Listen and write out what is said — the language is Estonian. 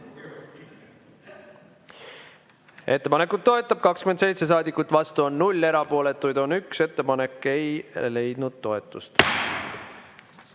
Ettepanekut toetab 27 saadikut, vastu on 0, erapooletuid on 1. Ettepanek ei leidnud toetust.